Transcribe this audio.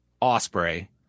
Osprey